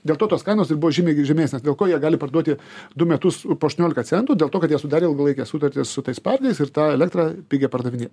dėl to tos kainos ir buvo žymiai žemesnės dėl ko jie gali parduoti du metus po aštuoniolika centų dėl to kad jie sudarė ilgalaikes sutartis su tais parkais ir tą elektrą pigią pardavinė